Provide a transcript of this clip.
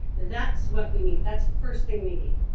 that's what we need. that's the first thing we need.